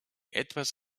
etwas